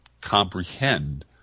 comprehend